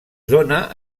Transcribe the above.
dóna